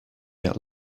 get